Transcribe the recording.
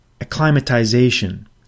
acclimatization